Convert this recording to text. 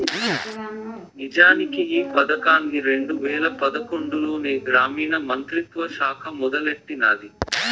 నిజానికి ఈ పదకాన్ని రెండు వేల పదకొండులోనే గ్రామీణ మంత్రిత్వ శాఖ మొదలెట్టినాది